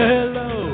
Hello